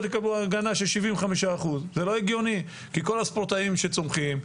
יקבלו הגנה של 75%. זה לא הגיוני כי כל הספורטאים שצומחים,